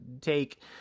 take